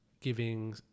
giving